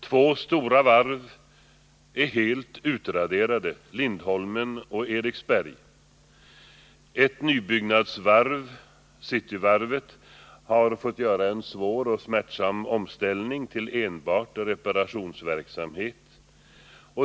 Två stora varv är helt utraderade, Lindholmen och Eriksberg. Ett nybyggnadsvarv, Cityvarvet, har fått göra en svår och smärtsam omställning till enbart reparationsverksamhet.